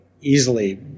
easily